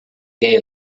gay